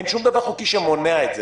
אין שום דבר חוקי שמונע את זה.